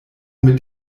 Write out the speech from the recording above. mit